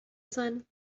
sun